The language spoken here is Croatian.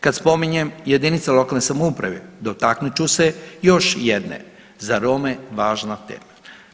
Kad spominjem jedinice lokalne samouprave dotaknut ću se još jedne za Rome važna tema.